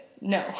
No